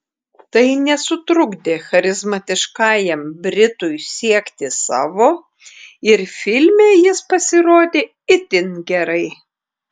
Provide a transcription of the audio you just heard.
tai nesutrukdė charizmatiškajam britui siekti savo ir filme jis pasirodė itin gerai